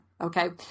Okay